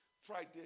Friday